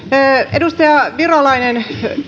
edustaja virolainen